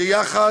שיחד,